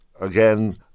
again